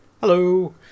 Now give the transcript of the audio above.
Hello